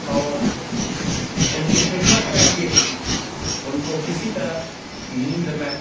اور ان کی خدمت کر کے ان کو کسی طرح نیند میں